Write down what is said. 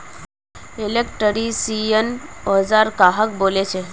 Electrician औजार कहाक बोले छे?